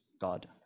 God